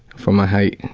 for my height.